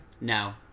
no